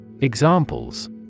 Examples